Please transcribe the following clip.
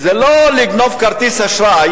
זה לא לגנוב כרטיס אשראי